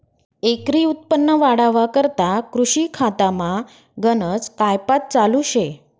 एकरी उत्पन्न वाढावा करता कृषी खातामा गनज कायपात चालू शे